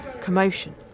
commotion